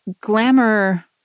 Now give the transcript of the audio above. glamour